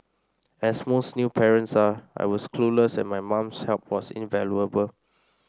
as most new parents are I was clueless and my mum's help was invaluable